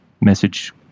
message